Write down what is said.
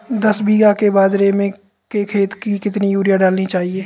दस बीघा के बाजरे के खेत में कितनी यूरिया डालनी चाहिए?